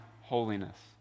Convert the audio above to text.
holiness